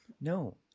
No